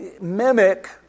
mimic